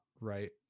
right